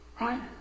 Right